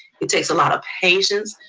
it takes a lot of patience.